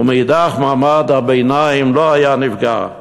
ומאידך מעמד הביניים לא היה נפגע.